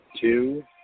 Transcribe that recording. two